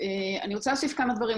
אני רוצה להוסיף כמה דברים.